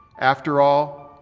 after all,